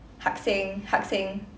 hakseng hakseng